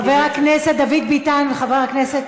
חבר הכנסת דוד ביטן וחבר הכנסת,